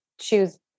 choose